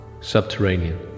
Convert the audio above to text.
Subterranean